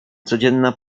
codzienna